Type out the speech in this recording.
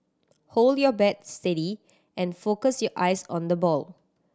hold your bat steady and focus your eyes on the ball